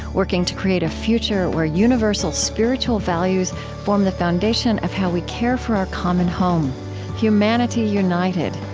working to create a future where universal spiritual values form the foundation of how we care for our common home humanity united,